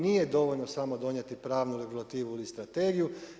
Nije dovoljno samo donijeti pravnu regulativnu ili strategiju.